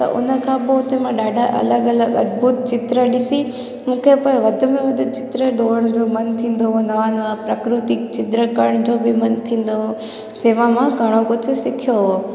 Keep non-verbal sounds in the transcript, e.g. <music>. त उन खां पोइ उते मां ॾाढा अलॻि अलॻि अदभुत चित्र ॾिसी <unintelligible> मूंखे वध में वध चित्र दौड़नि जो मनु थींदो हूंदो आहे अना प्रकृतिक चित्र करण जो बि मनु थींदो जंहिंमा मां घणो कुझु सिखियो हुओ